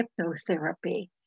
hypnotherapy